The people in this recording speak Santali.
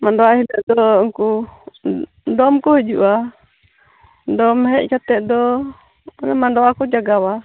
ᱢᱟᱸᱰᱟᱣᱟ ᱦᱤᱞᱳᱜ ᱫᱚ ᱩᱱᱠᱩ ᱰᱚᱢᱠᱚ ᱦᱤᱡᱩᱜᱼᱟ ᱰᱚᱢ ᱦᱮᱡ ᱠᱟᱛᱮᱫ ᱫᱚ ᱢᱟᱸᱰᱣᱟ ᱠᱚ ᱡᱟᱜᱟᱣᱟ